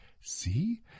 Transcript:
See